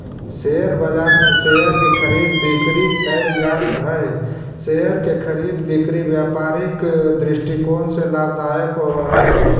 share बाजार में share की खरीद बिक्री कैल जा हइ शेयर के खरीद बिक्री व्यापारिक दृष्टिकोण से लाभदायक होवऽ हइ